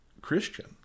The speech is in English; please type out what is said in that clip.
Christian